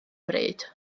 bryd